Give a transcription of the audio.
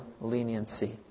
leniency